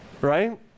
right